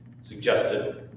suggested